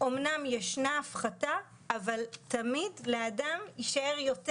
אמנם יש הפחתה אבל תמיד לאדם יישאר יותר